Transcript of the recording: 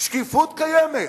שקיפות קיימת.